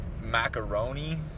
macaroni